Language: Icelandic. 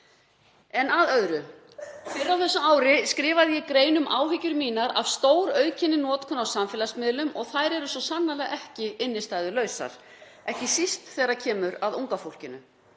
Að öðru. Fyrr á þessu ári skrifaði ég grein um áhyggjur mínar af stóraukinni notkun á samfélagsmiðlum og þær eru svo sannarlega ekki innistæðulausar, ekki síst þegar kemur að unga fólkinu.